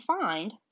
find